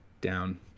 down